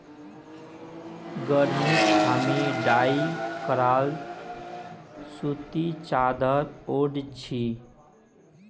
गर्मीत हामी डाई कराल सूती चादर ओढ़ छि